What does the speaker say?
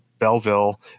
Belleville